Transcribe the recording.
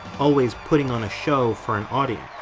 always putting on a show for an audience.